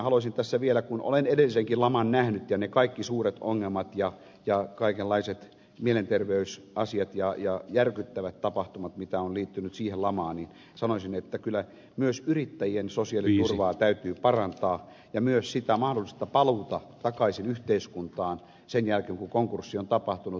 haluaisin tässä vielä kun olen edellisenkin laman nähnyt ja ne kaikki suuret ongelmat ja kaikenlaiset mielenterveysasiat ja järkyttävät tapahtumat mitä on liittynyt siihen lamaan sanoa että kyllä myös yrittäjien sosiaaliturvaa täytyy parantaa ja myös mahdollista paluuta takaisin yhteiskuntaan sen jälkeen kun konkurssi on tapahtunut